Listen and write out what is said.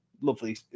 lovely